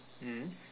mm